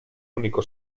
único